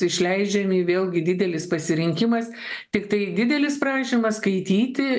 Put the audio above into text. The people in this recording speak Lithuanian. išleidžiami vėlgi didelis pasirinkimas tiktai didelis prašymas skaityti